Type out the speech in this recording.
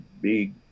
big